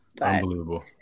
Unbelievable